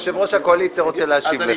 יושב-ראש הקואליציה רוצה להשיב לך.